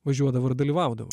važiuodavo ir dalyvaudavo